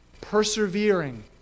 persevering